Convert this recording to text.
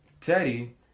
Teddy